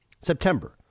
September